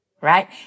right